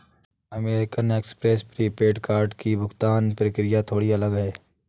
American Express prepaid card की भुगतान प्रक्रिया थोड़ी अलग है